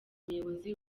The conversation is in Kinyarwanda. muyobozi